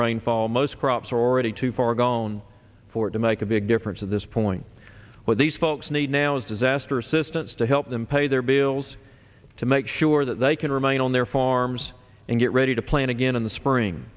rainfall most crops are already too far gone for to make a big difference at this point what these folks need now is disaster assistance to help them pay their bills to make sure that they can remain on their farms and get ready to plant again in the spring